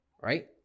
right